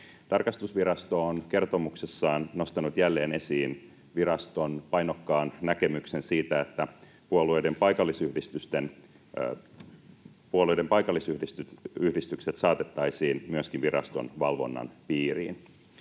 Tarkastusvirasto on kertomuksessaan nostanut jälleen esiin viraston painokkaan näkemyksen siitä, että myöskin puolueiden paikallisyhdistykset saatettaisiin viraston valvonnan piiriin.